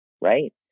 right